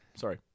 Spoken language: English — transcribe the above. Sorry